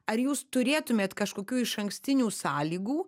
ar jūs turėtumėt kažkokių išankstinių sąlygų